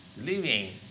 living